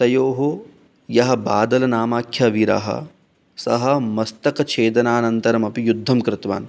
तयोः यः बादलनामाख्यवीरः सः मस्तकच्छेदनानन्तरमपि युद्धं कृतवान्